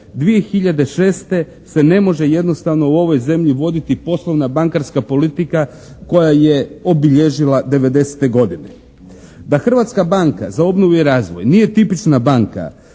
2006. se ne može jednostavno u ovoj zemlji voditi poslovna bankarska politika koja je obilježila 90-te godine. Da Hrvatska banka za obnovu i razvoj nije tipična banka